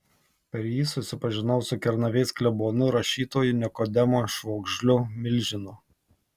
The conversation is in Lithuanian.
per jį susipažinau su kernavės klebonu rašytoju nikodemu švogžliu milžinu